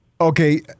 Okay